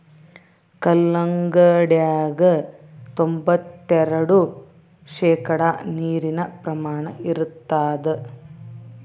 ಕಲ್ಲಂಗಡ್ಯಾಗ ತೊಂಬತ್ತೆರೆಡು ಶೇಕಡಾ ನೀರಿನ ಪ್ರಮಾಣ ಇರತಾದ